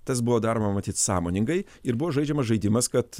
tas buvo daroma matyt sąmoningai ir buvo žaidžiamas žaidimas kad